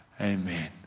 Amen